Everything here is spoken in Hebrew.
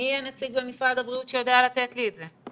מי הנציג במשרד הבריאות שיודע לתת לי את זה?